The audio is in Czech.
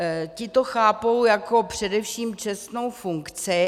Ti to chápou jako především čestnou funkci.